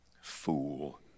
Fool